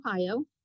Ohio